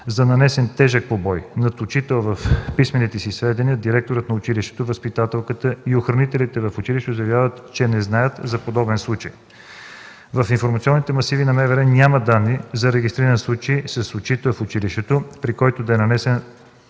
за нанесен тежък побой над учител в писмените си сведения директорът на училището, възпитателката и охранителите в училището заявяват, че не знаят за подобен случай. В информационните масиви на МВР няма данни за регистриран случай с учител в училището, при който да е нанесена телесна